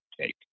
take